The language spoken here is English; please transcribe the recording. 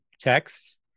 texts